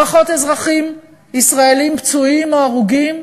פחות אזרחים ישראלים פצועים או הרוגים.